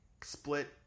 split